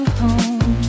home